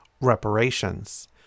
Reparations